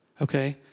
Okay